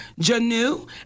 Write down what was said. Janu